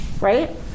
right